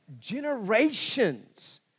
Generations